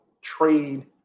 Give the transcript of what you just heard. trade